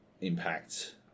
impact